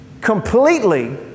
Completely